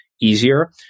easier